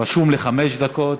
רשום לי חמש דקות.